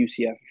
UCF